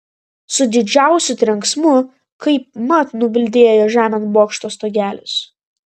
su didžiausiu trenksmu kaip mat nubildėjo žemėn bokšto stogelis